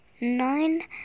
nine